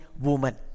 woman